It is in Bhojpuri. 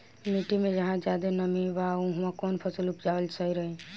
मिट्टी मे जहा जादे नमी बा उहवा कौन फसल उपजावल सही रही?